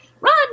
Run